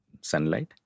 sunlight